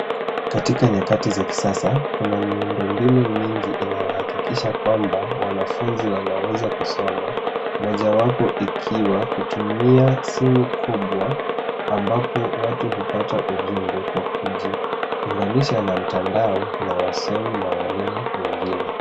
Katika nyakati za kisasa, kuna miundo mbinu mingi inayohakikisha kwamba wanafunzi wanaweza kusoma, mojawapo ikiwa kutumia simu kubwa, ambapo watu hupata ujumbe kwa kujiunganisha na mtandao na wasomi na walimu wengine.